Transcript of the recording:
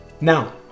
Now